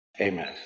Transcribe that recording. Amen